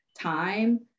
time